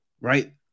right